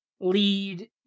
lead